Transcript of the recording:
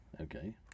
okay